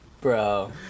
Bro